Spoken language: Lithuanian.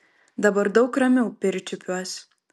dabar daug ramiau pirčiupiuos